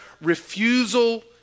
refusal